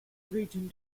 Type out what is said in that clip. region